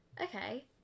okay